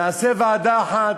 נעשה ועדה אחת,